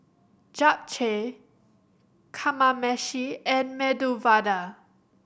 Japchae Kamameshi and Medu Vada